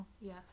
Yes